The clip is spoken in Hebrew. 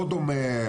לא דומה,